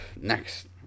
next